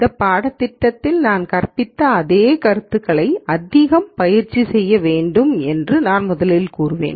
இந்த பாடத்திட்டத்தில் நான் கற்பித்த அதே கருத்துக்களை அதிக பயிற்சி செய்ய வேண்டும் என்று நான் முதலில் கூறுவேன்